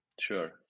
sure